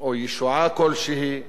או ישועה כלשהי לממשלה,